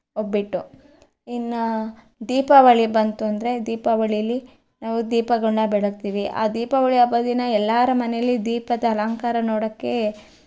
ಒಬ್ಬಟ್ಟು ಇನ್ನು ದೀಪಾವಳಿ ಬಂತು ಅಂದರೆ ದೀಪಾವಳಿಯಲ್ಲಿ ನಾವು ದೀಪಗಳನ್ನ ಬೆಳಗ್ತೀವಿ ಆ ದೀಪಾವಳಿ ಹಬ್ಬದ ದಿನ ಎಲ್ಲರ ಮನೆಯಲ್ಲಿ ದೀಪದ ಅಲಂಕಾರ ನೋಡೋಕ್ಕೆ